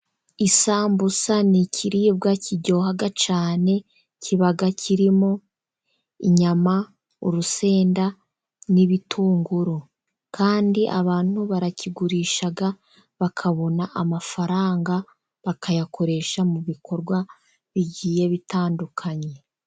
Isambusa ni ikiribwa kiryoha cyane, kiba kirimo inyama, urusenda, n'ibitunguru. Kandi abantu barakigurisha bakabona amafaranga bakayakoresha mu bikorwa bigiye bitandukanye.